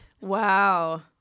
Wow